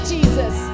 Jesus